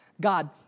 God